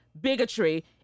bigotry